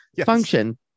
function